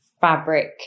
fabric